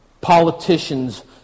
politicians